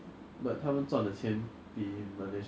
happier and what makes them be able to succeed more